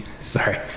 sorry